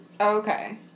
Okay